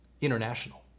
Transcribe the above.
international